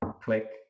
Click